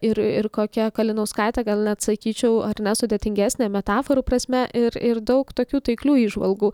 ir ir kokia kalinauskaitė gal net sakyčiau ar ne sudėtingesnė metaforų prasme ir ir daug tokių taiklių įžvalgų